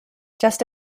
just